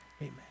amen